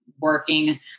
working